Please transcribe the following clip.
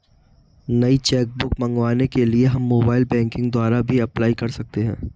नई cheque book मंगवाने के लिए हम मोबाइल बैंकिंग द्वारा भी अप्लाई कर सकते है